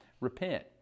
Repent